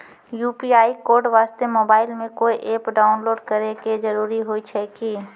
UPI code वास्ते mobile मे कोय एप्प डाउनलोड करे के जरूरी होय छै की?